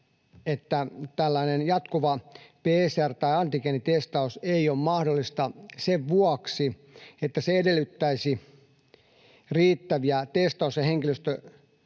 että tällainen jatkuva PCR- tai antigeenitestaus ei ole mahdollista sen vuoksi, että se edellyttäisi riittäviä testaus‑ ja henkilöstöresursseja